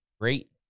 great